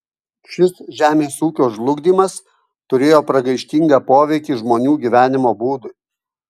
šis žemės ūkio žlugdymas turėjo pragaištingą poveikį žmonių gyvenimo būdui